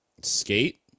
Skate